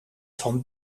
van